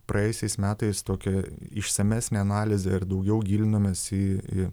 praėjusiais metais tokia išsamesnė analizė ir daugiau gilinamasi į